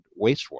wastewater